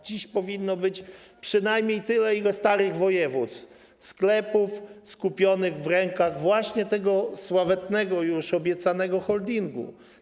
Dziś powinno być przynajmniej tyle, ile starych województw, sklepów skupionych w rękach właśnie tego już sławetnego, obiecanego holdingu.